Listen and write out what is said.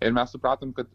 ir mes supratom kad